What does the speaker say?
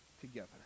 together